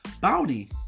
Bounty